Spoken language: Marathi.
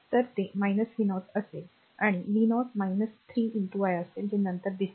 तर ते v0 असेल आणि v0 3 i असेल जे नंतर दिसेल